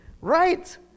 right